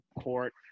Court